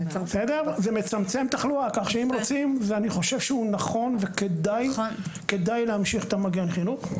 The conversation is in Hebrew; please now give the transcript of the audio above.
אני חושב שהוא נכון וכדאי להמשיך את המגן חינוך.